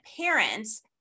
parents